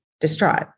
distraught